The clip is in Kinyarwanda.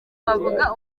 bavuga